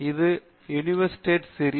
இது university series